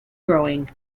growing